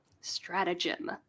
stratagem